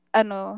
ano